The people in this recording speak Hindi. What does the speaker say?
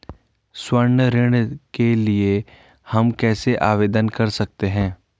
स्वर्ण ऋण के लिए हम कैसे आवेदन कर सकते हैं?